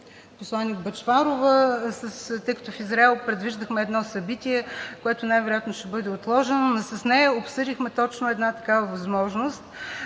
посланик Бъчварова. Тъй като в Израел предвиждахме едно събитие, което най-вероятно ще бъде отложено, с нея обсъдихме точно такава възможност